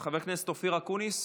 חבר הכנסת אופיר אקוניס,